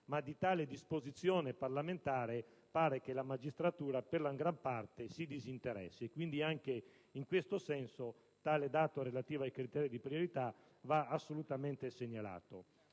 ma di tale disposizione parlamentare pare che la magistratura, per la gran parte, si disinteressi. Anche questo dato relativo a criteri di priorità va assolutamente segnalato.